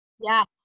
yes